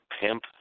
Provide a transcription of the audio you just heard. pimp